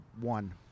one